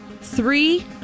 Three